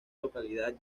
localidad